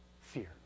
fear